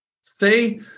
say